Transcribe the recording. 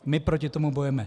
My proti tomu budeme.